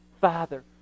Father